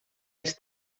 els